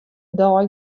dei